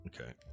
Okay